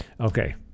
Okay